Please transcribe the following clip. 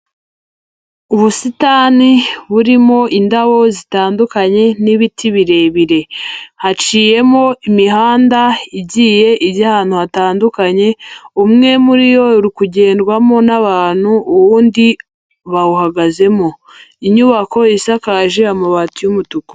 Ubusitani burimo indabo zitandukanye n'ibiti birebire, haciyemo imihanda igiye iri ahantu hatandukanye, umwe muri yo uri kugendwamo n'abantu uwundi bawuhagazemo, inyubako isakaje amabati y'umutuku.